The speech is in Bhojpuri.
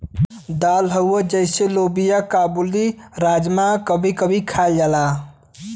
दाल हउवे जइसे लोबिआ काबुली, राजमा कभी कभी खायल जाला